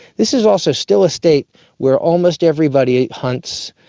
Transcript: this is also still a state where almost everybody hunts,